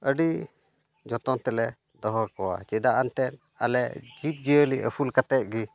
ᱟᱹᱰᱤ ᱡᱚᱛᱚᱱ ᱛᱮᱞᱮ ᱫᱚᱦᱚ ᱠᱚᱣᱟ ᱪᱮᱫᱟᱜ ᱮᱱᱛᱮᱫ ᱟᱞᱮ ᱡᱤᱵᱽ ᱡᱤᱭᱟᱹᱞᱤ ᱟᱹᱥᱩᱞ ᱠᱟᱛᱮᱫ ᱜᱮ